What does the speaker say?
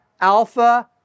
alpha